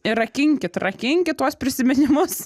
ir rakinkit rakinkit tuos prisiminimus